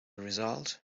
result